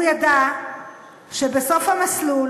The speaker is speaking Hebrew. הוא ידע שבסוף המסלול,